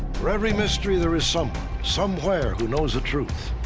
for every mystery, there is someone somewhere who knows the truth.